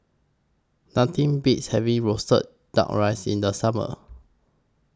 Nothing Beats having Roasted Duck Rice in The Summer